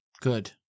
Good